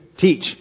teach